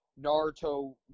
naruto